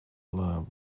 lab